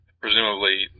Presumably